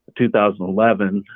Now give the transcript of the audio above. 2011